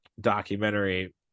documentary